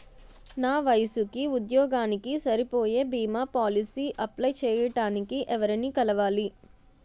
నా వయసుకి, ఉద్యోగానికి సరిపోయే భీమా పోలసీ అప్లయ్ చేయటానికి ఎవరిని కలవాలి?